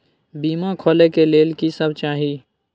बीमा खोले के लेल की सब चाही?